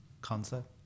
concept